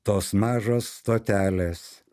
tos mažos stotelės